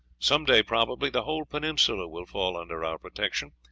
some day, probably, the whole peninsula will fall under our protection,